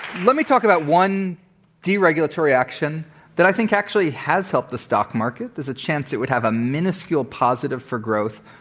let me talk about one deregulatory action that i think actually has helped the stock market. there's a chance it would have a miniscule positive for growth,